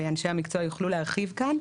ואנשי המקצוע יוכלו להרחיב כאן.